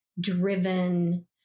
driven